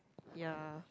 ya